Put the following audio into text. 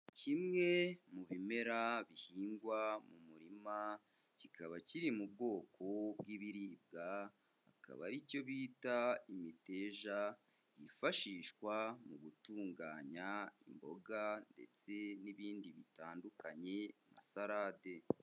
Kimwe mu bimera bihingwa mu murima, kikaba kiri mu bwoko bw'ibiribwa, kikaba ari cyo bita imiteja, yifashishwa mu gutunganya imboga ndetse n'ibindi bitandukanye nka salade.